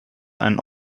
einen